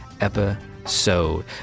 episode